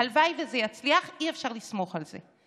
הלוואי שזה יצליח, אי-אפשר לסמוך על זה.